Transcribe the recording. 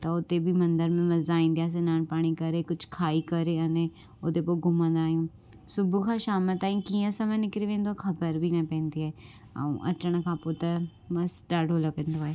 त उते बि मंदर में मज़ा ईदी आहे सनानु पाणी करे कुझ खाई करे अने उते पोइ घुमंदा आहियूं सुबूह खां शाम ताईं कीअं समय निकरी वेंदो आहे ख़बर बि न पवंदी आहे ऐं अचण खां पोइ त मस्त ॾाढो लॻंदो आहे